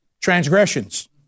Transgressions